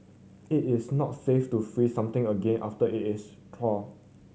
it is not safe to freeze something again after it is thawed